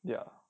ya